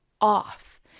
off